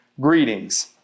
Greetings